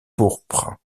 pourpre